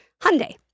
Hyundai